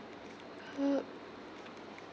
hmm